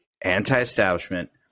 anti-establishment